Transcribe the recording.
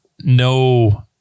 no